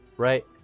right